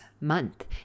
month